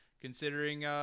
considering